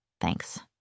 Thanks